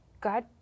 God